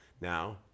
now